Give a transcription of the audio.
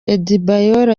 adebayor